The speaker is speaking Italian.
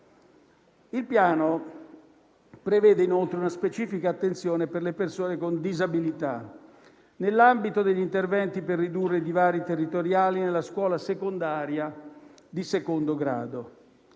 Il Piano prevede inoltre una specifica attenzione per le persone con disabilità, nell'ambito degli interventi per ridurre i divari territoriali nella scuola secondaria di secondo grado.